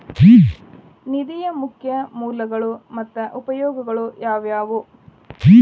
ನಿಧಿಯ ಮುಖ್ಯ ಮೂಲಗಳು ಮತ್ತ ಉಪಯೋಗಗಳು ಯಾವವ್ಯಾವು?